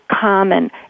common